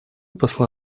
посла